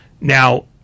Now